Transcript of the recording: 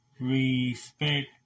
respect